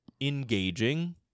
engaging